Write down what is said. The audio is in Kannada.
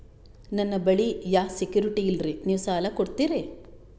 ನನ್ನ ಬಳಿ ಯಾ ಸೆಕ್ಯುರಿಟಿ ಇಲ್ರಿ ನೀವು ಸಾಲ ಕೊಡ್ತೀರಿ?